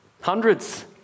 Hundreds